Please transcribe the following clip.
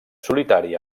solitari